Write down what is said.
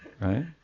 right